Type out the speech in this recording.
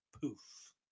Poof